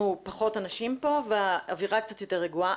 פחות אנשים והאווירה קצת יותר רגועה.